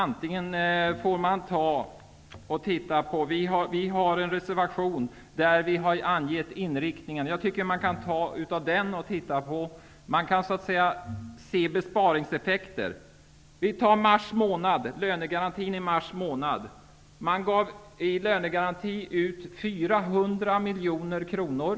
Vi har i en reservation angett inriktningen. Man kan utgå från den. Där kan man se besparingseffekter. Under mars månad gav man i lönegaranti ut 400 miljoner kronor.